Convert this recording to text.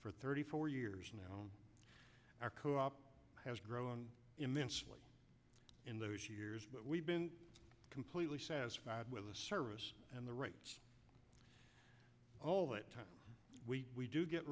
for thirty four years now our co op has grown immensely in those years but we've been completely satisfied with the service and the rights all that time we do get